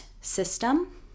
system